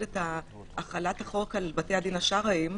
את החלת החוק על בתי הדין השרעיים.